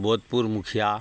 भूतपूर्ब मुखिआ